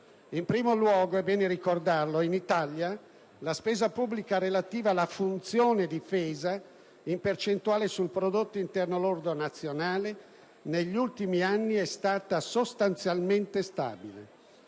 In primo luogo, è bene ricordarlo, in Italia la spesa pubblica relativa alla "funzione difesa", in percentuale sul prodotto interno lordo nazionale, negli ultimi anni è stata sostanzialmente stabile.